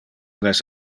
les